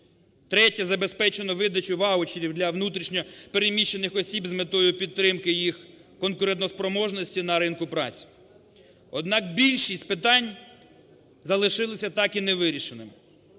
Третє. Забезпечено видачу ваучерів для внутрішньо переміщених осіб з метою підтримки їх конкурентоспроможності на ринку праці. Однак більшість питань залишилися так і не вирішеними